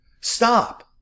stop